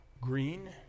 green